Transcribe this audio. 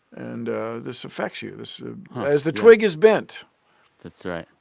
and this affects you this as the twig is bent that's right.